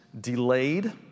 delayed